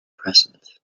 present